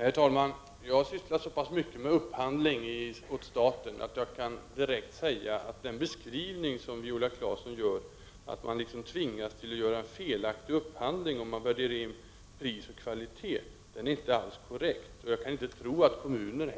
Herr talman! Jag har sysslat så pass mycket med upphandling åt staten att jag direkt kan säga att den beskrivning som Viola Claesson gör, nämligen att man skulle tvingas att göra en felaktig upphandling om man väljer efter priser och kvalitet, den är inte alls korrekt. Jag tror inte heller att kommunerna